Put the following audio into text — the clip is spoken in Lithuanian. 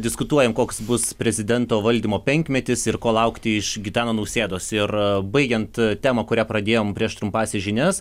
diskutuojam koks bus prezidento valdymo penkmetis ir ko laukti iš gitano nausėdos ir baigiant temą kurią pradėjom prieš trumpąsias žinias